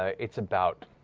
ah it's about